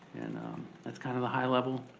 and that's kinda the high level